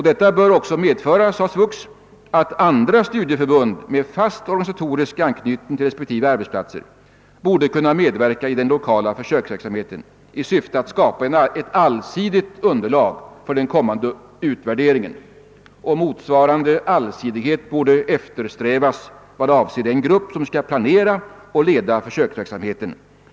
Detta bör också medföra, uttalade SVUX, att andra studieförbund med fast organisatorisk anknytning till respektive arbetsplatser borde kunna medverka i den lokala försöksverksamheten i syfte att skapa ett allsidigt underlag för den kommande utvärderingen. Motsvarande allsidighet borde eftersträvas när det gäller den grupp som skall planera och leda försöksverksamheten.